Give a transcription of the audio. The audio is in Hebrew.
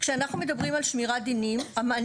כשאנחנו מדברים על שמירת דינים אני